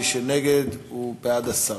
מי שנגד הוא בעד הסרה.